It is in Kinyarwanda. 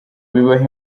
bibaha